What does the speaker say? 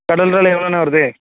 கடல் இறால் எவ்ளோண்ணா வருது